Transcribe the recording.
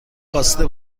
خواسته